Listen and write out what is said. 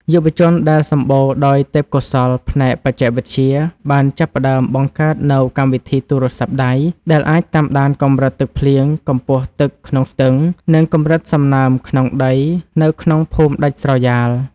យុវជនដែលសម្បូរដោយទេពកោសល្យផ្នែកបច្ចេកវិទ្យា បានចាប់ផ្ដើមបង្កើតនូវកម្មវិធីទូរស័ព្ទដៃ ដែលអាចតាមដានកម្រិតទឹកភ្លៀង កម្ពស់ទឹកក្នុងស្ទឹង និងកម្រិតសំណើមក្នុងដីនៅក្នុងភូមិដាច់ស្រយាល។